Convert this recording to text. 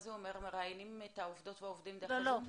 מה זה אומר מראיינים את העובדות והעובדים בזום?